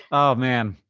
oh man.